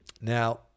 Now